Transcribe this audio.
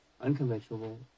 unconventional